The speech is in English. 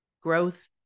growth